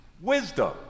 Wisdom